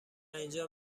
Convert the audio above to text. اینجا